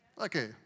okay